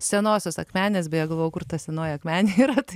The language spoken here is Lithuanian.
senosios akmenės beje galvojau kur ta senoji akmenė yra tai